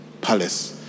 palace